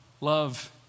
love